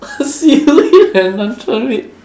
seaweed and luncheon meat